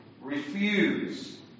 refuse